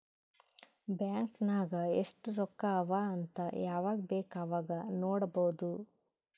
bank ನಾಗ್ ಎಸ್ಟ್ ರೊಕ್ಕಾ ಅವಾ ಅಂತ್ ಯವಾಗ ಬೇಕ್ ಅವಾಗ ನೋಡಬೋದ್